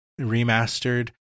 remastered